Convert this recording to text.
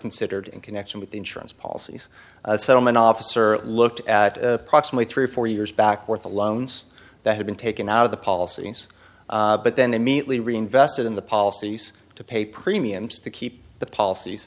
considered in connection with the insurance policies settlement officer looked at proximate three or four years back with the loans that had been taken out of the policies but then immediately reinvested in the policies to pay premiums to keep the policies